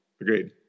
Agreed